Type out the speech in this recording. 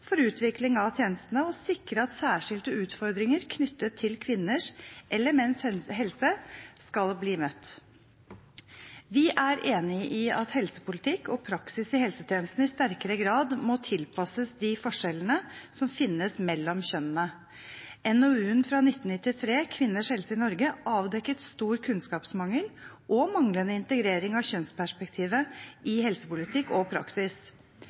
for utvikling av tjenestene og sikre at særskilte utfordringer knyttet til kvinners eller menns helse skal bli møtt. Vi er enig i at helsepolitikk og praksis i helsetjenestene i sterkere grad må tilpasses de forskjellene som finnes mellom kjønnene. NOU-en fra 1999, Kvinners helse i Norge, avdekket stor kunnskapsmangel og manglende integrering av kjønnsperspektivet i helsepolitikk og i praksis.